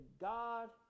God